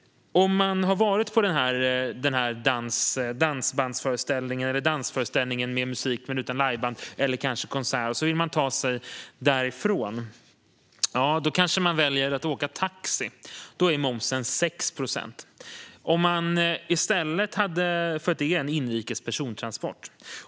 Om man har varit på en dansbandsföreställning, dansföreställning med musik men utan liveband eller konsert och vill ta sig därifrån väljer man kanske att ta taxi. Då är momsen 6 procent, eftersom det är en inrikes persontransport.